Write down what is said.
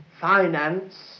finance